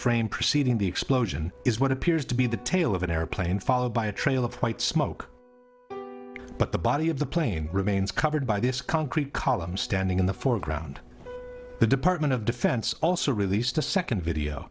frame preceding the explosion is what appears to be the tail of an airplane followed by a trail of white smoke but the body of the plane remains covered by this concrete column standing in the foreground the department of defense also released a second video